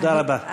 תודה רבה.